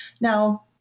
Now